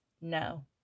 No